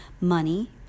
money